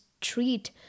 treat